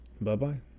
Bye-bye